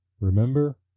remember